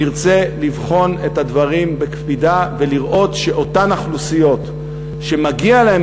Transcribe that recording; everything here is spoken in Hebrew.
נרצה לבחון את הדברים בקפידה ולראות שאותן אוכלוסיות שמגיעה להן